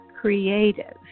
creative